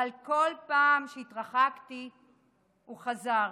אבל כל פעם שהתרחקתי הוא חזר.